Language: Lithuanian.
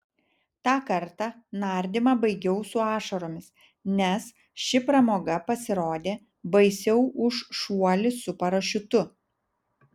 tą kartą nardymą baigiau su ašaromis nes ši pramoga pasirodė baisiau už šuolį su parašiutu